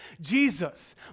jesus